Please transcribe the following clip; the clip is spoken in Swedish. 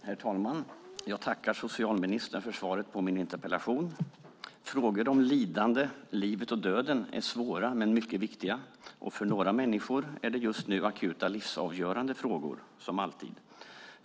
Herr talman! Jag tackar socialministern för svaret på min interpellation. Frågor om lidande, livet och döden, är svåra men mycket viktiga. För några människor är detta just nu, och som alltid, akuta och livsavgörande frågor.